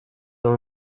that